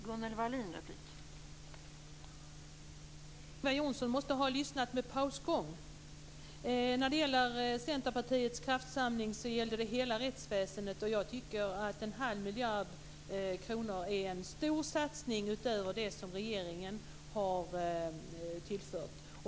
Fru talman! Ingvar Johnsson måste ha lyssnat med pausgång. Centerpartiets kraftsamling gällde hela rättsväsendet, och jag tycker att en halv miljard kronor är en stor satsning utöver det som regeringen har tillfört.